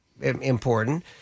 Important